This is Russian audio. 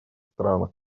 странах